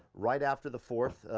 right after the fourth.